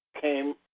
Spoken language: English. came